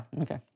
okay